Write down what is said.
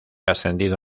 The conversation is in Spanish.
ascendido